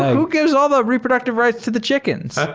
who gives all the reproductive rights to the chickens?